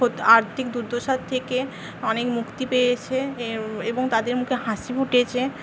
আর্থিক দুর্দশার থেকে অনেক মুক্তি পেয়েছে এবং তাদের মুখে হাসি ফুটেছে